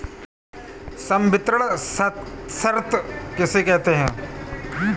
संवितरण शर्त किसे कहते हैं?